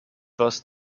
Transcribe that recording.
was